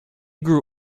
grew